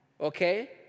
okay